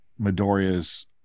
Midoriya's